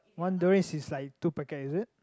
one durian is like two packet is it